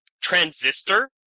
Transistor